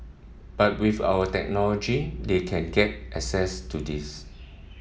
but with our technology they can get access to this